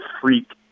freak